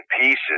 pieces